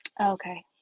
Okay